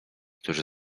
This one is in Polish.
którzy